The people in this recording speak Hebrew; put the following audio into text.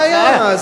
ממחיש את הבעיה.